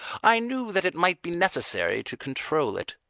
i knew that it might be necessary to control it.